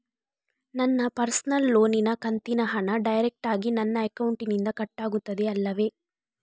ನನ್ನ ಪರ್ಸನಲ್ ಲೋನಿನ ಕಂತಿನ ಹಣ ಡೈರೆಕ್ಟಾಗಿ ನನ್ನ ಅಕೌಂಟಿನಿಂದ ಕಟ್ಟಾಗುತ್ತದೆ ಅಲ್ಲವೆ?